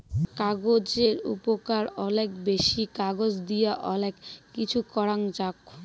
কাগজের উপকার অলেক বেশি, কাগজ দিয়া অলেক কিছু করাং যাওক